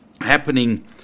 happening